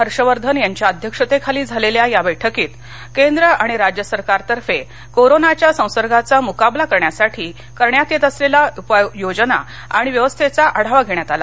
हर्षवर्धन यांच्या अध्यक्षतेखाली झालेल्यायाबैठकीतकेंद्र आणि राज्य सरकारांतर्फे कोरोनाच्या संसर्गाचा मुकाबला करण्यासाठी करण्यात येत असलेल्या उपाययोजनाआणि व्यवस्थेचा आढावा घेण्यात आला